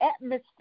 atmosphere